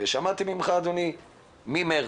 שמעתי ממך, שזה ממארס.